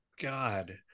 God